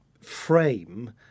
frame